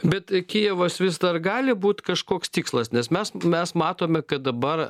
bet kijevas vis dar gali būti kažkoks tikslas nes mes mes matome kad dabar